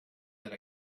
that